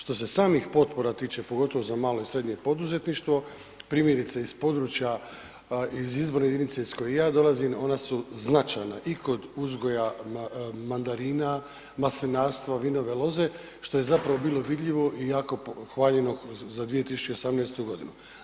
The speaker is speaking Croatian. Što se samih potpora tiče, pogotovo za malo i srednje poduzetništvo, primjerice iz područja, iz izborne jedinice iz koje ja dolazim, ona su značajna i kod uzgoja mandarina, uzgoja maslinarstva, vinove loze što je zapravo bilo vidljivo i jako hvaljeno za 2018 godinu.